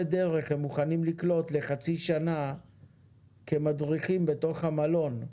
דרך הם מוכנים לקלוט לחצי שנה כמדריכים בתוך המלון,